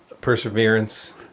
Perseverance